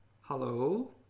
hello